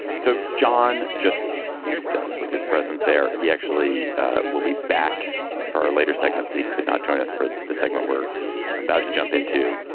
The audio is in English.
so john just teased us with his presence there. he actually will be back for our later segments. he could not join us for the segment we're about to jump into.